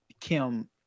Kim